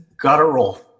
guttural